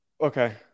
Okay